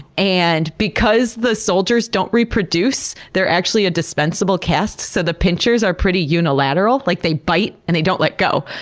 and because the soldiers don't reproduce, they're actually a dispensable caste, so the pincers are pretty unilateral. like they bite and they don't let go.